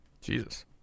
Jesus